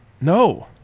no